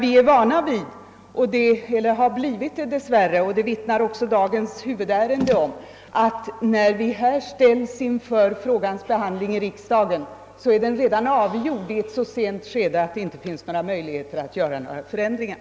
Vi har nämligen dess värre blivit vana vid, vilket också dagens ärende vittnar om, att när vi i riksdagen ställs inför en frågas behandling är den redan avgjord i ett så sent skede att det inte kan göras några ändringar.